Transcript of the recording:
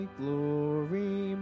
glory